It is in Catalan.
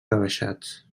rebaixats